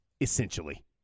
essentially